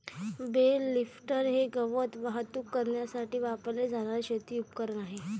bell lifter हे गवत वाहतूक करण्यासाठी वापरले जाणारे शेती उपकरण आहे